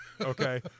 okay